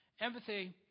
Empathy